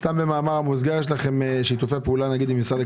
איך היחס שלכם לקהילת בני מנשה?